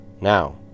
Now